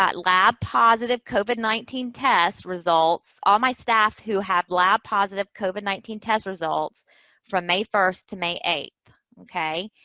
but lab positive covid nineteen test results, all my staff what have lab positive covid nineteen test results from may first to may eighth. okay?